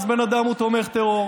אז בן אדם הוא תומך טרור,